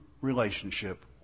relationship